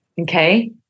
Okay